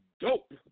dope